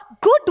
good